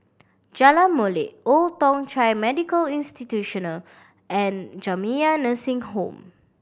Jalan Molek Old Thong Chai Medical Institutional and Jamiyah Nursing Home